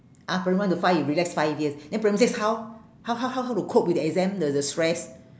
ah primary one to five you relax five years then primary six how how how how how to cope with the exam the the stress